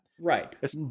Right